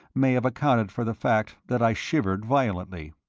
may have accounted for the fact that i shivered violently.